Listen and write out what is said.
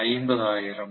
50000